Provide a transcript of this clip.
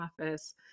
office